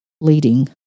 leading